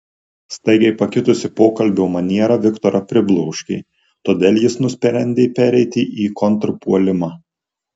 staigiai pakitusi pokalbio maniera viktorą pribloškė todėl jis nusprendė pereiti į kontrpuolimą